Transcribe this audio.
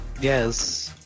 yes